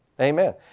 Amen